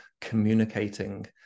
communicating